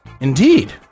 Indeed